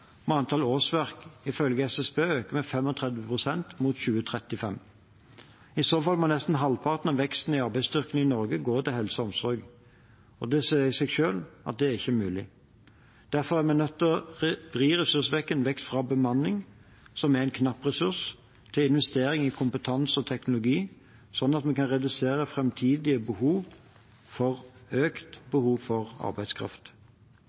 antall årsverk ifølge SSB øke med 35 pst. mot 2035. I så fall må nesten halvparten av veksten i arbeidsstyrken i Norge gå til helse og omsorg. Det sier seg selv at det ikke er mulig. Derfor er vi nødt til å vri ressursveksten vekk fra bemanning, som er en knapp ressurs, til investering i kompetanse og teknologi, sånn at vi kan redusere framtidige behov for økt arbeidskraft.